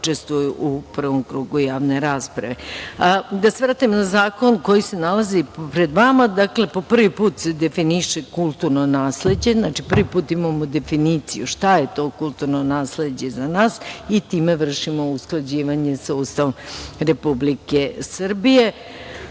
učestvuju u prvom krugu javne rasprave. Da se vratim na zakon koji se nalazi pred vama, dakle po prvi put se definiše kulturno nasleđe, znači prvi put imamo definiciju šta je to kulturno nasleđe za nas i time vršimo usklađivanje sa ustavom Republike Srbije. Imate